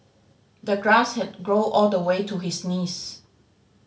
the grass had grown all the way to his knees